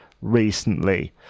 recently